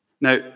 Now